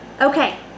Okay